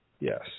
Yes